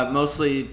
mostly